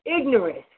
ignorant